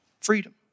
Freedom